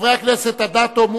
חברי הכנסת אדטו,